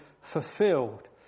fulfilled